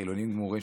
חילונים גמורים,